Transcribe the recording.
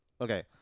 Okay